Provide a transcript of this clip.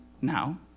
now